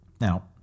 Now